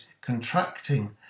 contracting